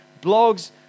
Blogs